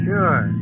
Sure